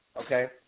okay